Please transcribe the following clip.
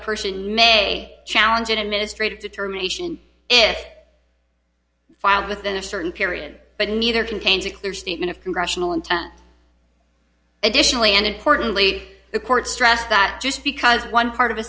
person may challenge an administrative determination if filed within a certain period but neither contains a clear statement of congressional intent additionally and importantly the court stressed that just because one part of a